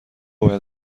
باید